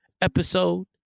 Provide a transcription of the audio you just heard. episode